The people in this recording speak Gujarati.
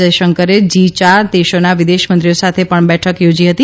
યશંકરે જી યાર દેશોના વિદેશમંત્રીઓ સાથે પણ લેઠક થોજી હતી